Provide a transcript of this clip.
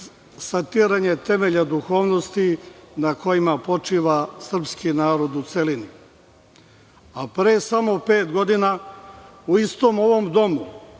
satiranje temelja duhovnosti na kojima počiva srpski narod u celini, a pre samo pet godina, u istom ovom domu,